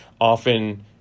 often